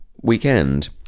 Weekend